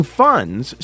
funds